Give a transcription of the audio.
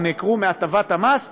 או נעקרו מהטבת המס,